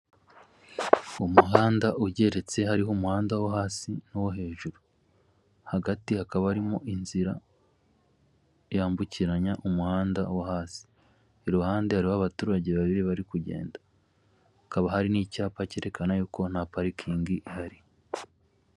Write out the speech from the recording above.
Umuhanda ugeretse hariho umuhanda wo hasi n'uwo hejuru, hagati hakaba harimo inzira yambukiranya umuhanda wo hasi, iruhande hariho aho abaturage babiri bari kugenda, hakaba hari n'icyapa cyerekana yuko ko nta parikingi ihari.